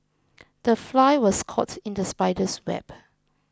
the fly was caught in the spider's web